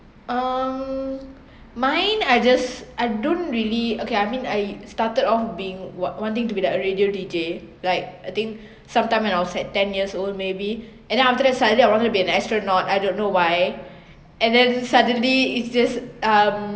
um mine I just I don't really okay I mean I started off being wan~ wanting to be like a radio D_J like I think sometime when I was at ten years old maybe and then after that suddenly I wanted to be an astronaut I don't know why and then suddenly it's just um